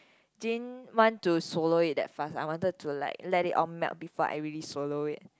didn't want to swallow it that fast I wanted to like let it all melt before I really swallow it